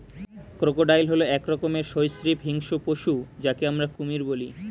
crocodile হল এক রকমের সরীসৃপ হিংস্র পশু যাকে আমরা কুমির বলি